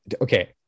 Okay